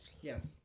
Yes